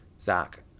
zach